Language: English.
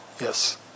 yes